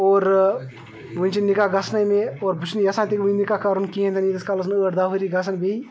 اور وٕنہِ چھِ نِکاح گژھنَے مے اور بہٕ چھُس نہٕ یَژھان تہِ وٕنہِ نِکاح کَرُن کِہیٖنہٕ تہِ نہٕ ییٖتِس کالَس نہٕ ٲٹھ داہ ؤری گژھن بیٚیہِ